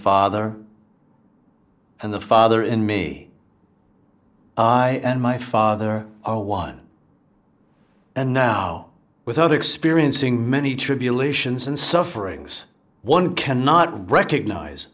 father and the father in me i and my father are one and now without experiencing many tribulations and sufferings one cannot recognize